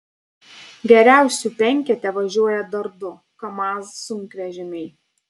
geriausių penkete važiuoja dar du kamaz sunkvežimiai